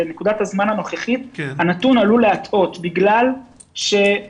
בנקודת הזמן הנוכחית נתון עלול להטעות כי שנת